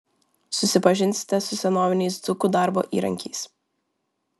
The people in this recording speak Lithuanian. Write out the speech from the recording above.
susipažinsite su senoviniais dzūkų darbo įrankiais